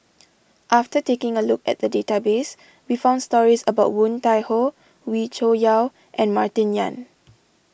after taking a look at the database we found stories about Woon Tai Ho Wee Cho Yaw and Martin Yan